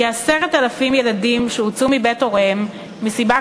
כ-10,000 ילדים שהוצאו מבתי הוריהם מסיבה